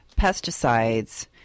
pesticides